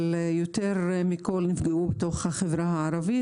אבל יותר מכול נפגעו עסקים בחברה הערבית,